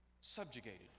Subjugated